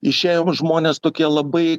išėjom žmonės tokie labai